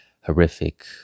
horrific